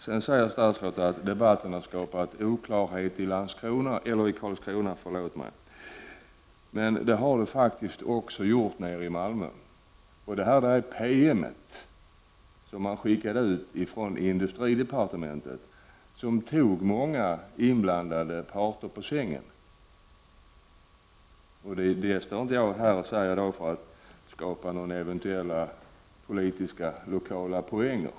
Statsrådet säger att debatten har skapat oklarhet i Karlskrona. Det har den faktiskt också gjort i Malmö. Den PM som skickades ut från industridepartementet tog många inblandade parter på sängen. Det står jag inte här och säger i dag för att vinna några eventuella lokala politiska poänger.